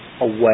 away